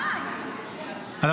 כל הזמן אותו סיפור.